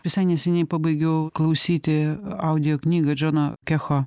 visai neseniai pabaigiau klausyti audioknygą džono keho